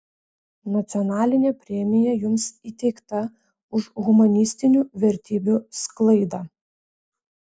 nacionalinė premija jums įteikta už humanistinių vertybių sklaidą